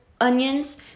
Onions